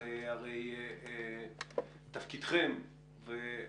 תפקידכם הוא